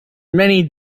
many